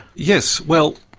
yes, well,